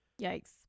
Yikes